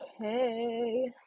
okay